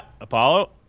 Apollo